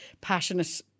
passionate